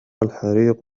الحريق